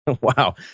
Wow